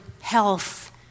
health